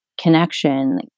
connection